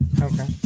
Okay